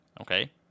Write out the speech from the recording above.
okay